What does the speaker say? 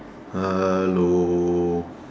hello